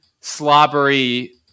slobbery